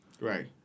Right